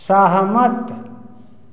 सहमत